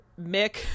mick